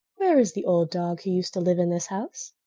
where is the old dog who used to live in this house?